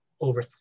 over